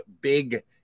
big